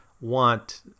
want